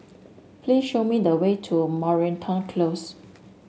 please show me the way to Moreton Close